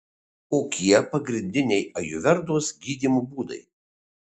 kokie pagrindiniai ajurvedos gydymo būdai